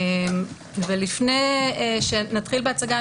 ולפני שנתחיל בהצגה,